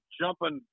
jumping